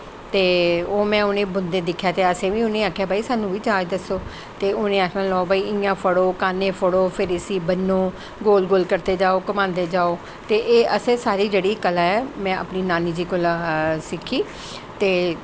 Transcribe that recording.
ते ओह् में उ'नें गी बुनदे दिक्खेआ ते अस बी उ'नें गी आखेआ कि सानूं बी जाच दस्सो ते उ'नें आखना कि इ'यां फड़ो कान्नें फड़ो फिर इस्सी ब'न्नों गोल गोल करदे जाओ घमांदे जाओ ते एह् असैं सारी जेह्ड़ी कला ऐ में अपनी नानी जी कोला दा सिक्खी ते